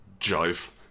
jive